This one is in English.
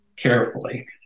carefully